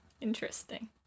Interesting